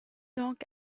donc